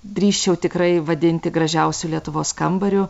drįsčiau tikrai vadinti gražiausiu lietuvos kambariu